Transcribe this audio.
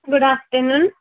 good afternoon